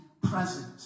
present